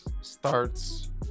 starts